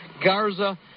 Garza